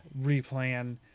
replan